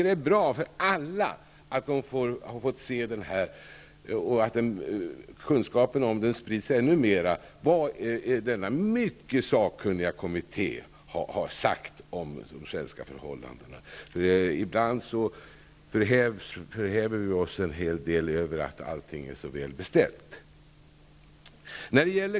Det är bra för alla att kunskaper sprids i ännu större utsträckning om vad denna mycket sakkunniga kommitté har sagt om de svenska förhållandena. Ibland förhäver vi oss över att allting är så väl beställt.